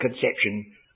conception